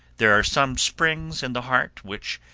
there are some springs in the heart which,